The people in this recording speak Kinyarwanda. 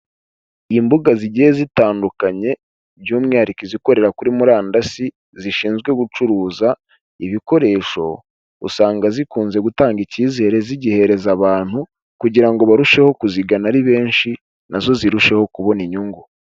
Imbuga zigiye zitandukanye by'umwihariko izikorera kuri murandasi, zishinzwe gucuruza ibikoresho, usanga zikunze gutanga icyizere zigihereza abantu kugira ngo barusheho kuzigana ari benshi, nazo zirusheho kubona inyungu.